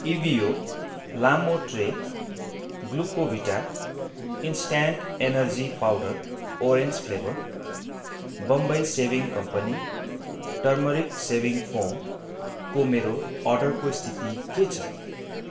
इभियो लामो tray Glucovita instant energy powder orange flavour Bombay shaving company turmeric shaving फोमको मेरो अर्डरको स्थिति के छ